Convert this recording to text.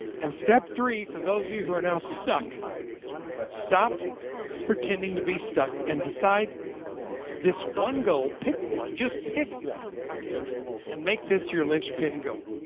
and step three, for those of you who are now stuck stop pretending to be stuck and decide this one goal. pick one, just pick one and make this your linchpin goal.